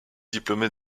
diplômé